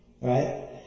Right